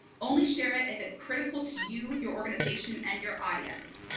only share it if it's critical to you your organization and your audience.